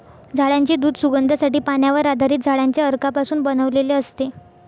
झाडांचे दूध सुगंधासाठी, पाण्यावर आधारित झाडांच्या अर्कापासून बनवलेले असते